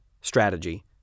strategy